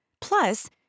Plus